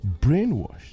brainwashed